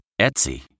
Etsy